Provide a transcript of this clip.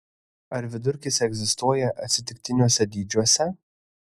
ar vidurkis egzistuoja atsitiktiniuose dydžiuose